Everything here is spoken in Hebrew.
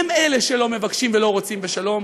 הם שלא מבקשים ולא רוצים בשלום,